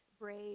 brave